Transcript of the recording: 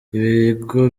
ibigo